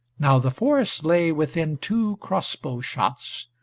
now the forest lay within two crossbow shots,